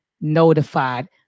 notified